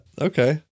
Okay